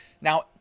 Now